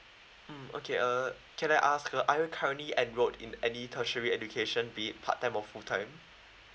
mm okay uh can I ask are you currently enrolled in any tertiary education be it part time or full time